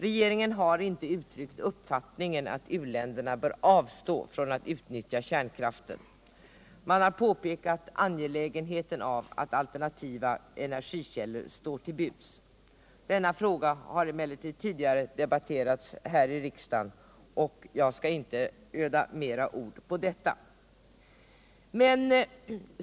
Regeringen har inte uttryckt uppfattningen att u-länderna bör avstå från att utnyttja kärnkraften —- man har påpekat angelägenheten av att alternativa energikällor står till buds. Denna fråga har emellertid tidigare debatterats här i riksdagen, och jag skall inte öda mera ord på detta.